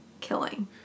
killing